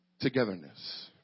togetherness